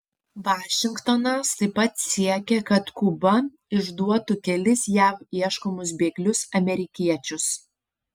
vašingtonas taip pat siekia kad kuba išduotų kelis jav ieškomus bėglius amerikiečius